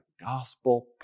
gospel